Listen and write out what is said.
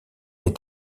est